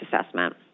assessment